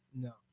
no